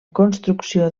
construcció